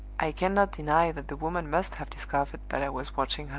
i cannot deny that the woman must have discovered that i was watching